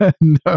no